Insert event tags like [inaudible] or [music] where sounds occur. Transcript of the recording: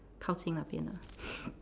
靠近那边 ah [noise]